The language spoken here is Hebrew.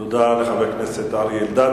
תודה לחבר הכנסת אריה אלדד.